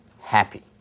happy